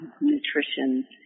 nutrition